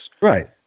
Right